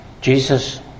Jesus